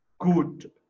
good